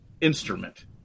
instrument